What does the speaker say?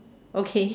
okay